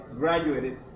graduated